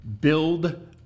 build